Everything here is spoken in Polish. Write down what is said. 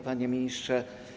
Panie Ministrze!